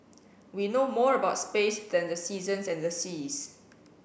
we know more about space than the seasons and the seas